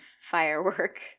Firework